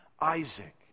Isaac